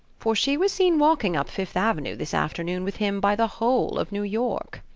for she was seen walking up fifth avenue this afternoon with him by the whole of new york.